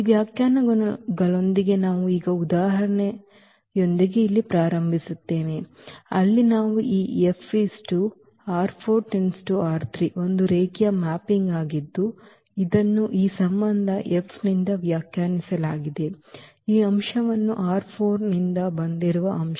ಈ ವ್ಯಾಖ್ಯಾನಗಳೊಂದಿಗೆ ನಾವು ಈಗ ಉದಾಹರಣೆಯೊಂದಿಗೆ ಇಲ್ಲಿ ಪ್ರಾರಂಭಿಸುತ್ತೇವೆ ಅಲ್ಲಿ ನಾವು ಈ ಒಂದು ರೇಖೀಯ ಮ್ಯಾಪಿಂಗ್ ಆಗಿದ್ದು ಇದನ್ನು ಈ ಸಂಬಂಧ F ನಿಂದ ವ್ಯಾಖ್ಯಾನಿಸಲಾಗಿದೆ ಈ ಅಂಶವನ್ನು ನಿಂದ ಬಂದಿರುವ ಅಂಶ